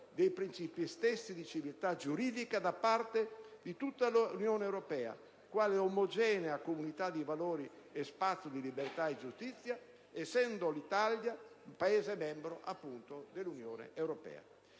dei princìpi stessi di civiltà giuridica da parte di tutta l'Unione europea, quale omogenea comunità di valori e spazio di libertà e giustizia, essendone l'Italia un Paese membro. Bisogna